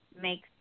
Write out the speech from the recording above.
makes